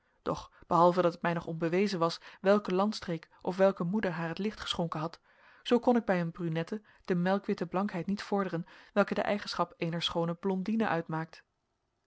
doch behalve dat het mij nog onbewezen was welke landstreek of welke moeder haar het licht geschonken had zoo kon ik bij een brunette de melkwitte blankheid niet vorderen welke de eigenschap eener schoone blondine uitmaakt